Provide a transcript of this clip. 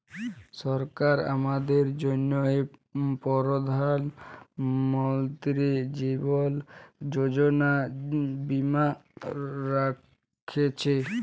সরকার আমাদের জ্যনহে পরধাল মলতিরি জীবল যোজলা বীমা রাখ্যেছে